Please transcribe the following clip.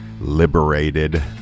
liberated